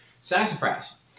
Sassafras